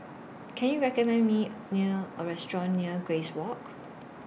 Can YOU recommend Me near A Restaurant near Grace Walk